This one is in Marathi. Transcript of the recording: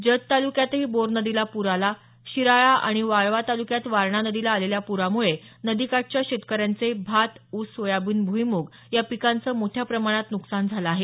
जत तालुक्यातही बोर नदीला पूर आला शिराळा आणि वाळवा ताल्क्यात वारणा नदीला आलेल्या पुरामुळे नदीकाठच्या शेतकऱ्यांचे भात ऊस सोयाबीन भुईमूग या पिकांचे मोठ्या प्रमाणात नुकसान झालं आहे